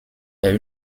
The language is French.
est